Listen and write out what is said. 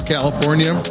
California